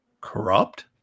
corrupt